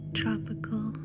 tropical